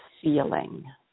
feeling